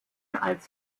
als